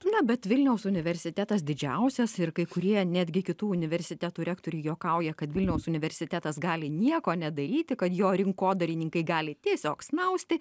na bet vilniaus universitetas didžiausias ir kai kurie netgi kitų universitetų rektorių juokauja kad vilniaus universitetas gali nieko nedaryti kad jo rinkodarininkai gali tiesiog snausti